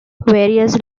various